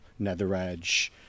NetherEdge